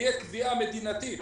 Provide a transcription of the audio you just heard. תהיה קביעה מדינתית